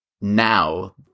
now